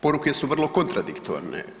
Poruke su vrlo kontradiktorne.